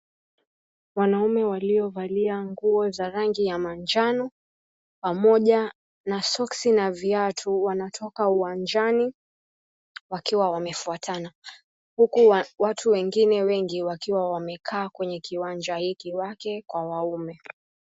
Wanaume waliovalia nguo za rangi ya manjano pamoja na soksi na viatu, wanatoka uwanjani wakiwa wamefuatana, huku watu wengine wengi wakiwa wamekaa, wake kwa waume.